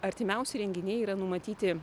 artimiausi renginiai yra numatyti